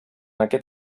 aquest